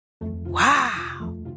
Wow